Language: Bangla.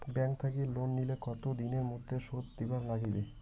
ব্যাংক থাকি লোন নিলে কতো দিনের মধ্যে শোধ দিবার নাগিবে?